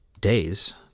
days